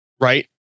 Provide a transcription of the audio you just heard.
right